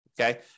okay